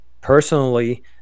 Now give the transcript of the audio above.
personally